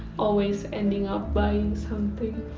always ending up buying something.